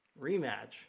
rematch